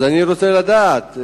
רצוני לדעת: